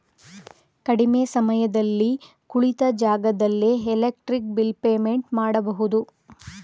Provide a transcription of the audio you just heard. ಕಡಿಮೆ ಸಮಯದಲ್ಲಿ ಕುಳಿತ ಜಾಗದಲ್ಲೇ ಎಲೆಕ್ಟ್ರಿಕ್ ಬಿಲ್ ಪೇಮೆಂಟ್ ಮಾಡಬಹುದು